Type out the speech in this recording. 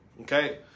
Okay